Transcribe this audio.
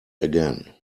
again